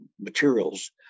materials